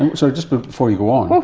and so just but before you go on,